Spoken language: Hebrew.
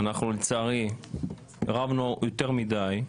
לצערי רבנו יותר מדי.